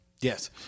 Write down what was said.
Yes